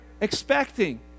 expecting